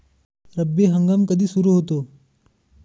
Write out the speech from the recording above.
रब्बी हंगाम कधी सुरू होतो?